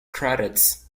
credits